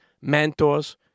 mentors